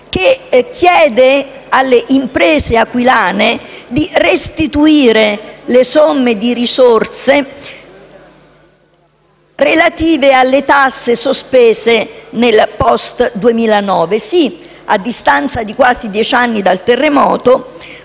che chiede alle imprese aquilane di restituire le somme relative alle tasse sospese nel *post* 2009, a distanza di quasi dieci anni dal terremoto.